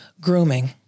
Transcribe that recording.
grooming